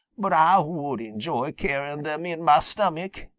but ah would enjoy carrying them in mah stomach.